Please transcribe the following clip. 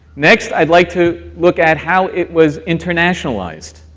next, i'd like to look at how it was internationalized,